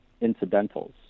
incidentals